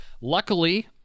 luckily